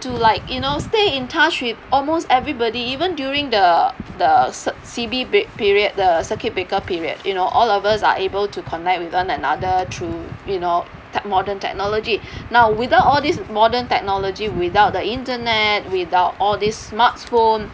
to like you know stay in touch with almost everybody even during the the C C_B p~ period the circuit breaker period you know all of us are able to connect with one another through you know tech~ modern technology now without all this modern technology without the internet without all these smartphone